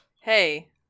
Hey